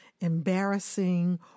embarrassing